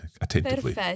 attentively